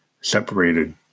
separated